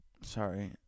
Sorry